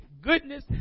goodness